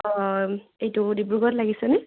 অঁ এইটো ডিব্ৰুগড়ত লাগিছেনে